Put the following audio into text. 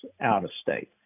out-of-state